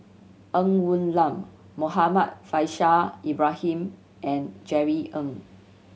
Ng Woon Lam Muhammad Faishal Ibrahim and Jerry Ng